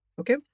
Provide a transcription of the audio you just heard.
okay